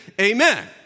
amen